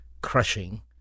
crushing